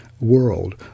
world